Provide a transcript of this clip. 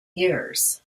years